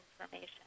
information